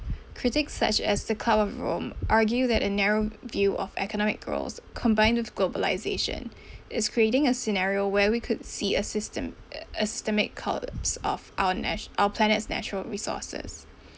critics such as the club of rome argue that a narrow view of economic growth combined with globalisation is creating a scenario where we could see a system a systemic collapsed of our nat~ our planet's natural resources